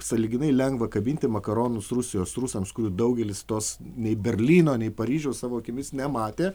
sąlyginai lengva kabinti makaronus rusijos rusams kurių daugelis tos nei berlyno nei paryžiaus savo akimis nematė